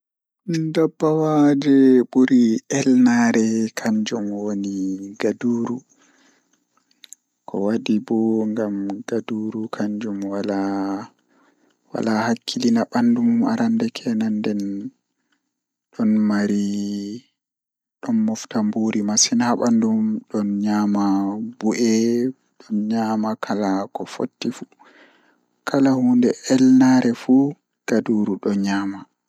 Ko ɗiɗi fow ngir miijooji ɓe njangol no ndaarndu e fiya fow ko njibbuttu. Ko fiye njangol nyannde hiɗe kanko, ɓe njangol ko faŋka.